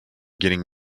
getting